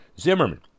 Zimmerman